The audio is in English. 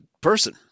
person